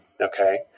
okay